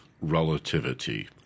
relativity